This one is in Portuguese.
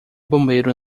bombeiro